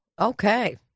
okay